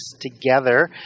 together